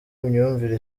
imyumvire